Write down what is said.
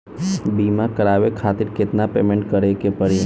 बीमा करावे खातिर केतना पेमेंट करे के पड़ी?